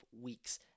weeks